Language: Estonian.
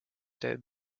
teeb